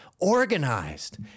Organized